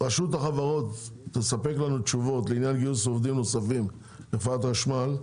רשות החברות תספק לנו תשובות לעניין גיוס עובדים נוספים לחברת החשמל,